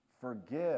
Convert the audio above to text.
forgive